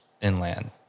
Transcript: inland